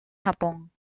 japón